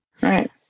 Right